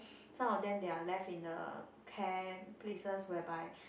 some of them they're left in the care places whereby